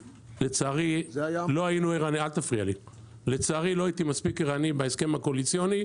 לצערי, לא הייתי מספיק ערני, בהסכם הקואליציוני